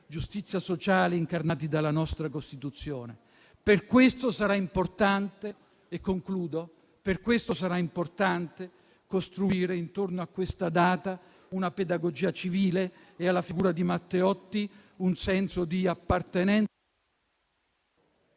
giustizia sociale incarnati dalla nostra Costituzione. Per questo sarà importante - e concludo - costruire intorno a questa data una pedagogia civile e alla figura di Matteotti un senso di appartenenza,